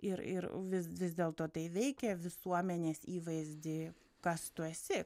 ir ir vis vis dėlto tai veikia visuomenės įvaizdį kas tu esi